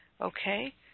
Okay